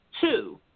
Two